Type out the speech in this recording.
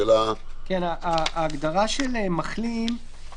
ההגדרה של "מחלים",